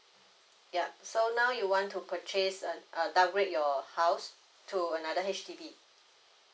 yup so now you want to purchase uh uh downgrade your house to another H_D_B